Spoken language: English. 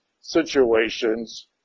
situations